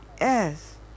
Yes